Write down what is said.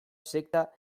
sekta